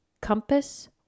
compass